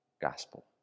gospel